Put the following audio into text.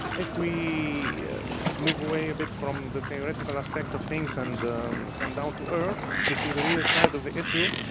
if we move away a bit from the theoretical aspect of things and come down to earth, to see the real side of the issue,